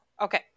okay